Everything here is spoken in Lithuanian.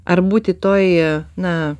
ar būti toj na